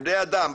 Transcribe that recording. בבני אדם,